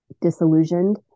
Disillusioned